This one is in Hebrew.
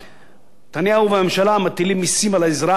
נתניהו והממשלה מטילים מסים על האזרח, מגדילים את